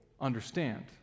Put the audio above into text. understand